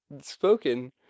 spoken